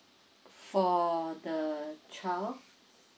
for the child